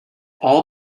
all